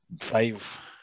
Five